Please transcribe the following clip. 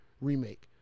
remake